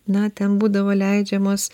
na ten būdavo leidžiamos